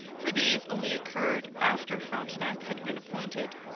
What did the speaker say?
for these only occurred after frontenac had been appointed.